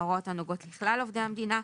התשי"ט-1959 ההוראות הנוגעות לכלל עובדי המדינה,